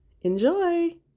Enjoy